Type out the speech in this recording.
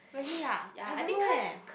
really ah I don't know eh